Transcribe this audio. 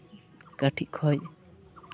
ᱠᱟᱹᱴᱤᱡ ᱠᱷᱚᱡ